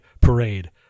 Parade